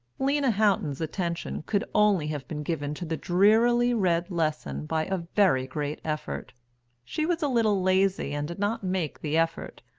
lena houghton's attention could only have been given to the drearily read lesson by a very great effort she was a little lazy and did not make the effort,